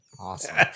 Awesome